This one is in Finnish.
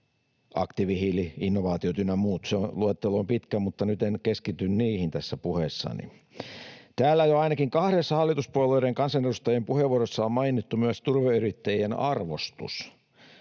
aktiivihiili-innovaatiot ynnä muut — se luettelo on pitkä, mutta nyt en keskity niihin tässä puheessani. Täällä jo ainakin kahdessa hallituspuolueiden kansanedustajien puheenvuorossa on mainittu myös turveyrittäjien arvostus.